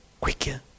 quicker